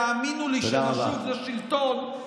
והאמינו לי שנשוב לשלטון,